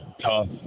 tough